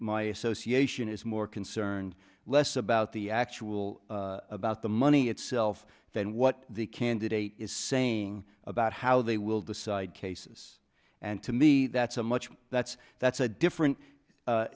my association is more concerned less about the actual about the money itself than what the candidate is saying about how they will decide cases and to me that's a much that's that's a different